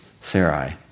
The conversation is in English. Sarai